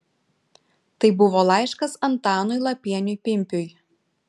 tai buvo laiškas antanui lapieniui pimpiui